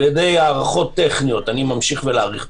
על ידי הארכות טכניות אני ממשיך להאריך,